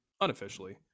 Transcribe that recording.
unofficially